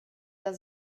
der